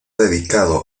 dedicado